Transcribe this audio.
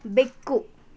ಬೆಕ್ಕು